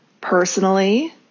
personally